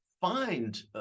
find